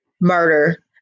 murder